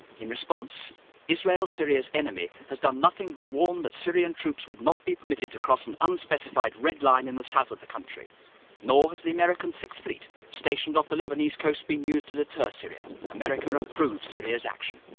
in response israel syria's enemy has done nothing but warn that syrian troops would not be permitted to cross an unspecified red line in the south of the country nor has the american sixth fleet stationed off the lebanese coast been used to deter america approves syria's action